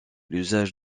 l’usage